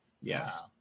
Yes